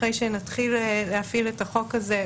אחרי שנתחיל להפעיל את החוק הזה,